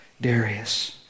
darius